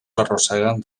arrosseguen